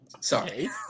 Sorry